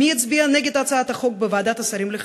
מי הצביע נגד הצעת החוק בוועדת השרים לחקיקה,